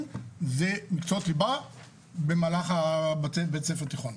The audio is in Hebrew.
זה מקצועות ליבה במהלך בית ספר תיכון.